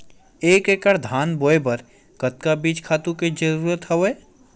एक एकड़ धान बोय बर कतका बीज खातु के जरूरत हवय?